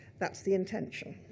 that's the intention.